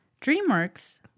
DreamWorks